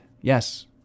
Yes